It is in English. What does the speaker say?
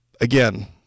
again